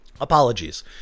Apologies